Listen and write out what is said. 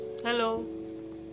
Hello